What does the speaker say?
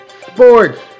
sports